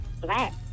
Black